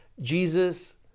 Jesus